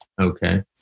Okay